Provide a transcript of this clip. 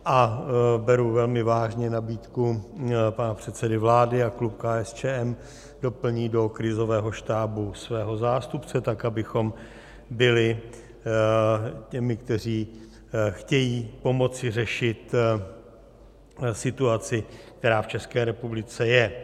A beru velmi vážně nabídku pana předsedy vlády a klub KSČM doplní do krizového štábu svého zástupce, abychom byli i my, kteří chtějí pomoci řešit situaci, která v České republice je.